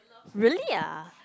really ah